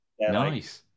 Nice